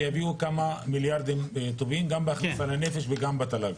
שיביאו לכמה מיליארדים טובים גם בהכנסה לנפש וגם בתל"ג.